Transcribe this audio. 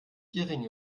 gering